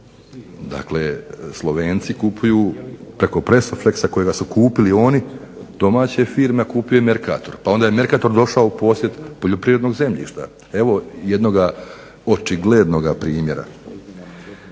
Dakle, Slovenci kupuju preko … kojega su kupili oni domaće firme, a kupuje Mercator. Pa onda je Mercator došao u posjed poljoprivrednog zemljišta. Evo jednoga očiglednoga primjera.